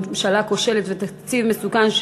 ממשלה כושלת ותקציב מסוכן,